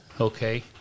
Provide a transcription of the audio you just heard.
okay